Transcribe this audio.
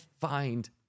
find